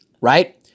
right